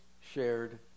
shared